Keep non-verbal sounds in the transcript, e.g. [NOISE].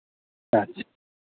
ᱟᱪᱪᱷᱟ ᱴᱷᱤᱠ [UNINTELLIGIBLE]